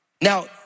Now